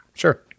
Sure